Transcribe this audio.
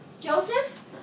Joseph